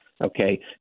Okay